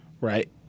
right